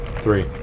Three